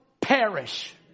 perish